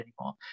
anymore